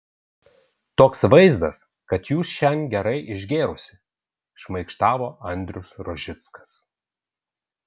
toks vaizdas kas jūs šian gerai išgėrusi šmaikštavo andrius rožickas